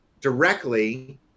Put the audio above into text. directly